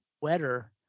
wetter